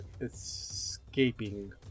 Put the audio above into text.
escaping